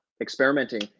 experimenting